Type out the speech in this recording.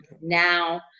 now